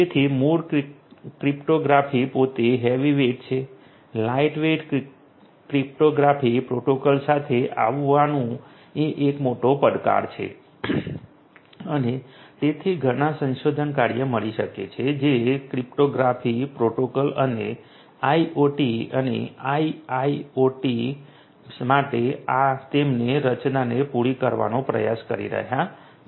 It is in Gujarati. તેથી મૂળ ક્રિપ્ટોગ્રાફી પોતે હેવીવેઇટ છે લાઇટવેઇટ ક્રિપ્ટોગ્રાફિક પ્રોટોકોલ્સ સાથે આવવાનું એ એક મોટો પડકાર છે અને તેથી ઘણા સંશોધન કાર્ય મળી શકે છે જે ક્રિપ્ટોગ્રાફિક પ્રોટોકોલ અને આઇઓટી અને આઇઆઓટી માટે તેમની રચનાને પૂરી કરવાનો પ્રયાસ કરી રહ્યાં છે